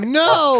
no